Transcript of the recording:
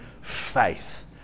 faith